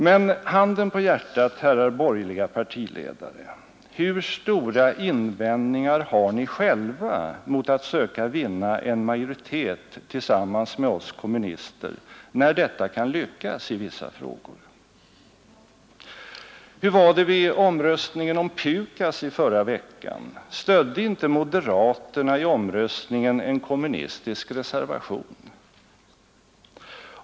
Men handen på hjärtat, herrar borgerliga partiledare, hur stora invändningar har ni själva mot att söka vinna en majoritet tillsammans med oss kommunister när detta kan lyckas i vissa frågor? Hur var det vid omröstningen om PUKAS i förra veckan — stödde inte moderaterna i omröstningen en kommunistisk reservation?